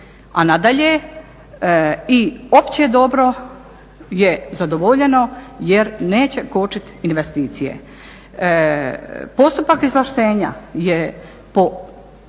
a nadalje i opće dobro je zadovoljeno jer neće kočiti investicije. Postupak izvlaštenja je po